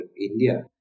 India